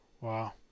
Wow